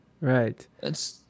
right